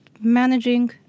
managing